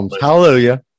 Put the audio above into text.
Hallelujah